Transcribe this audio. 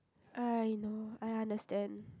I know I understand